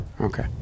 okay